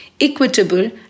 equitable